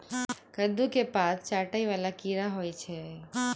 कद्दू केँ पात चाटय वला केँ कीड़ा होइ छै?